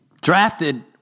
drafted